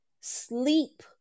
sleep